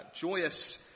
joyous